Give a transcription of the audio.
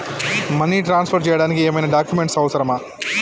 Money transfer చేయడానికి ఏమైనా documents అవసరమా?